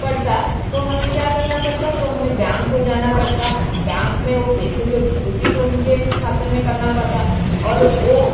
पड़ता तो हमें क्या करना पड़ता तो हमें बेआँक को जाना पड़ता बेआँक में वो पैसे जो डिपोजिट उनके खाते में करना पड़ता और ओ